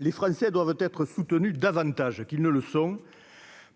les Français doivent être soutenus, davantage qu'ils ne le sont